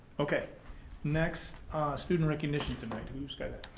okay next student recognition tonight. who's got it?